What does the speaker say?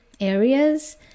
areas